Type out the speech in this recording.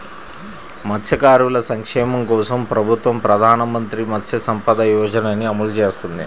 మత్స్యకారుల సంక్షేమం కోసం ప్రభుత్వం ప్రధాన మంత్రి మత్స్య సంపద యోజనని అమలు చేస్తోంది